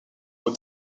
aux